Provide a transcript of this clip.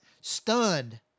stunned